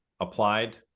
applied